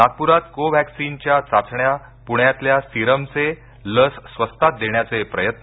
नागप्रात कोवॅक्सीनच्या चाचण्या प्ण्याल्या सिरमचे लस स्वस्तात देण्याचे प्रयत्न